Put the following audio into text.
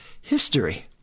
history